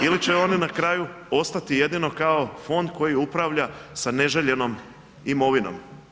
Ili će oni na kraju ostati jedino kao fond koji upravlja sa neželjenom imovinom.